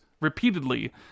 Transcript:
repeatedly